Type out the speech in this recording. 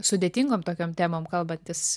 sudėtingom tokiom temom kalbantys